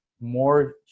more